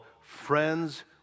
friends